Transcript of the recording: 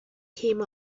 came